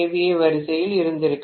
ஏ வரிசையில் இருந்திருக்கலாம்